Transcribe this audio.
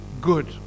good